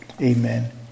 amen